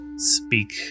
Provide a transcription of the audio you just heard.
Speak